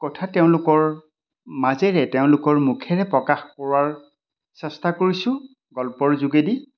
কথা তেওঁলোকৰ মাজেৰে তেওঁলোকৰ মুখেৰে প্ৰকাশ কৰাৰ চেষ্টা কৰিছোঁ গল্পৰ যোগেদি